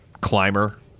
climber